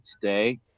today